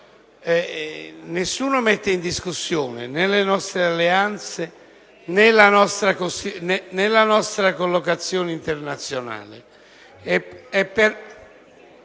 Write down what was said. nessuno mette in discussione né le nostre alleanze né la nostra collocazione internazionale.